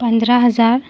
पंधरा हजार